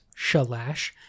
shalash